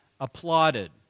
applauded